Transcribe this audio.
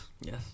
Yes